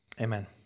Amen